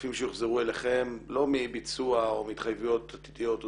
כספים שיוחזרו אליכם לא מביצוע או מהתחייבויות עתידיות,